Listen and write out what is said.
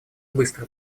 быстро